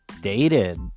dated